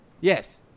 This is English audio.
Yes